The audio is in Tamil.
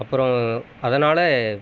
அப்புறம் அதனால்